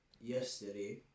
yesterday